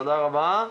תודה רבה.